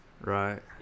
Right